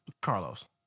Carlos